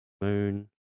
Moon